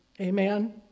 Amen